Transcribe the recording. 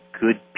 good